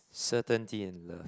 certainty in love